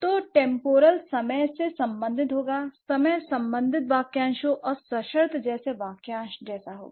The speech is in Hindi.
तो टेम्पोरल समय से संबंधित होगा समय संबंधित वाक्यांशों और सशर्त जैसे वाक्यांश जैसा होगा